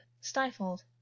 stifled